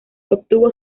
obtuvo